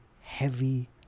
heavy